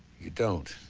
you don't.